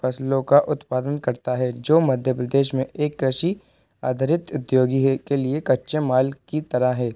फ़सलों का उत्पादन करता है जो मध्य प्रदेश में एक कृषि आधरित उद्योगी है के लिए कच्चे माल की तरह है